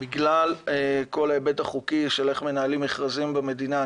בגלל כל ההיבט החוקי של איך מנהלים מכרזים במדינה.